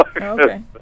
Okay